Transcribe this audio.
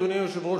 אדוני היושב-ראש,